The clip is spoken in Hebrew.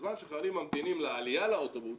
ובזמן שהחיילים ממתינים לעליה לאוטובוס,